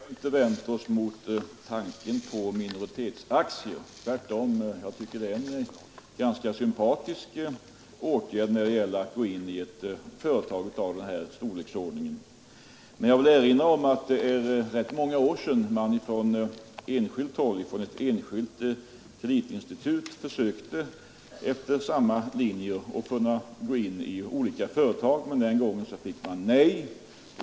Fru talman! Vi har inte vänt oss mot tänken på minoritetsaktier. Tvärtom tycker jag att det är en sympatisk åtgärd när det gäller att gå in i företag av den här storleksordningen. Jag vill erinra om att enskilda kreditinstitut för rätt många år sedan försökte gå in i olika företag, men den gången fick man nej.